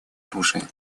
оружия